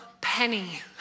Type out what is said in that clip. penny